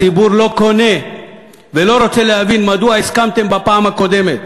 הציבור לא קונה ולא רוצה להבין מדוע הסכמתם בפעם הקודמת,